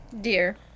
Dear